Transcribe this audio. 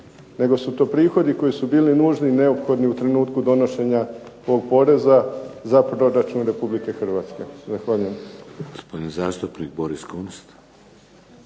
Nego su to prihodi koji su bili nužni i neophodni u trenutku donošenja ovog poreza za proračun RH. Zahvaljujem.